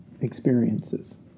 experiences